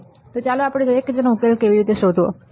તો ચાલો જોઈએ કે આપણે તેનો ઉકેલ કેવી રીતે શોધી શકીએ